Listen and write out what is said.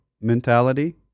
mentality